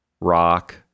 rock